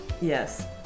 Yes